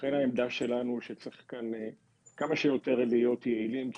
ולכן העמדה שלנו שצריך כאן כמה שיותר להיות יעילים,